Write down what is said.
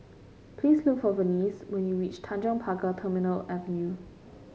please look for Venice when you reach Tanjong Pagar Terminal Avenue